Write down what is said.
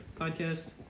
podcast